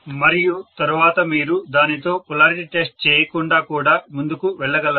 మరియు తరువాత మీరు దానితో పొలారిటీ టెస్ట్ చేయకుండా కూడా ముందుకు వెళ్ళగలరు